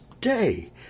day